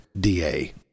DA